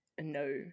No